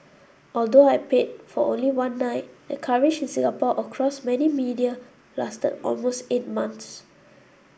although I payed for only one night the coverage in Singapore across many media lasted almost eight months